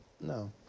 No